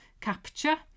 capture